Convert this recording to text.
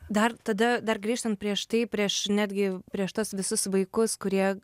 dar tada dar grįžtant prieš tai prieš netgi prieš tuos visus vaikus kurie